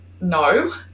no